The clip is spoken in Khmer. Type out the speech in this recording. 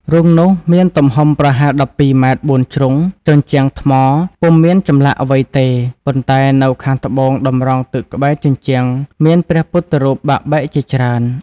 រូងនោះមានទំហំ ប្រហែល ១២ ម៉ែត្របួនជ្រុង ជញ្ជាំងថ្ម ពុំមានចម្លាក់អ្វីទេ ប៉ុន្តែនៅខាងត្បូងតម្រងទឹកក្បែរជញ្ជាំងមានព្រះ ពុទ្ធរូបបាក់បែកជាច្រើន ។